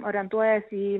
orientuojasi į